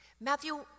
Matthew